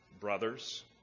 brothers